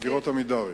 דירות "עמידר".